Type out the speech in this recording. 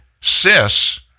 cis